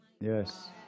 Yes